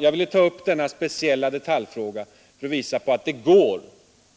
Jag ville ta upp denna speciella detaljfråga för att visa att det går